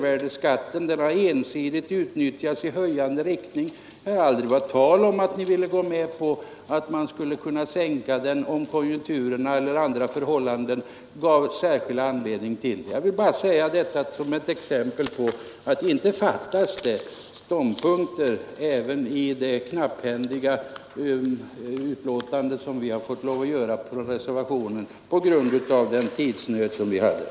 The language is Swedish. ärdeskatten har ensidigt utnyttjats för att höja statens inkomster, och det har aldrig varit tal om att ni vill gå med på att den skulle kunna sänkas om konjunkturerna eller andra förhållanden gav särskild anledning därtill. Jag har velat anföra detta som ett exempel på att det inte fattas ståndpunkter i det uttalande som vi på grund av tidsnöd har fått göra kortfattat i reservationen.